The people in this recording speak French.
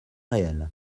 réel